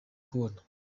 kubona